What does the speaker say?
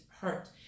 hurt